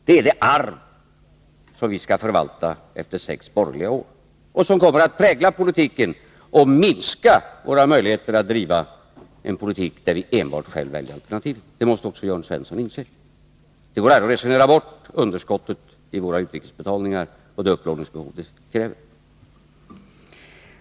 Det är det arv som vi skall förvalta efter sex borgerliga år och som kommer att prägla politiken och minska våra möjligheter att driva en politik där enbart vi själva väljer alternativ. Det måste också Jörn Svensson inse. Det går aldrig att resonera bort underskottet i våra utrikesbetalningar och det upplåningsbehov det skapar.